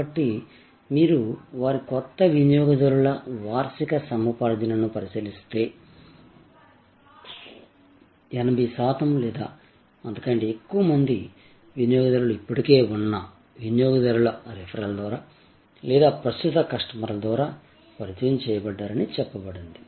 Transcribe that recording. కాబట్టి మీరు వారి కొత్త వినియోగదారుల వార్షిక సముపార్జనను పరిశీలిస్తే 80 శాతం లేదా అంతకంటే ఎక్కువ మంది వినియోగదారులు ఇప్పటికే ఉన్న వినియోగదారుల రిఫెరల్ ద్వారా లేదా ప్రస్తుత కస్టమర్ల ద్వారా పరిచయం చేయబడ్డారని చెప్పబడింది